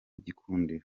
gikundiro